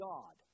God